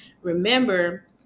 remember